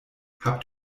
habt